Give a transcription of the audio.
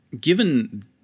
given